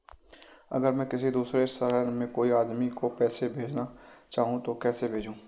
अगर मैं किसी दूसरे शहर में कोई आदमी को पैसे भेजना चाहूँ तो कैसे भेजूँ?